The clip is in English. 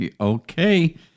Okay